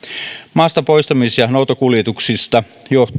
maastapoistamis ja noutokuljetuksista